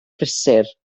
prysur